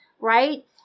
right